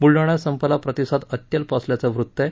बुलढाण्यात संपाला प्रतिसाद अत्यअल्प असल्याचं वृत्त आहे